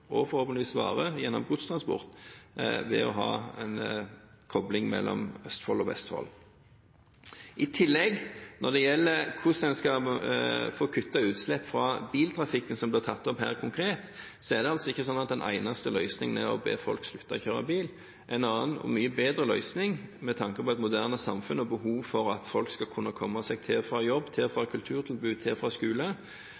og, forhåpentligvis, varer gjennom godstransport – ved å ha en kobling mellom Østfold og Vestfold. Når det gjelder hvordan en skal kutte utslipp fra biltrafikken – som konkret ble tatt opp her – er det ikke slik at den eneste løsningen er å be folk om å slutte å kjøre bil. En annen og mye bedre løsning – med tanke på et moderne samfunn og behovet for at folk skal kunne komme seg til og fra jobb, til og fra